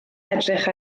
edrych